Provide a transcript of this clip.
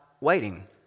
waiting